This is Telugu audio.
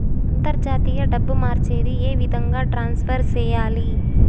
అంతర్జాతీయ డబ్బు మార్చేది? ఏ విధంగా ట్రాన్స్ఫర్ సేయాలి?